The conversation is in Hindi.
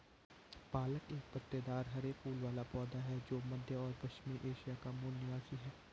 पालक एक पत्तेदार हरे फूल वाला पौधा है जो मध्य और पश्चिमी एशिया का मूल निवासी है